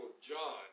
John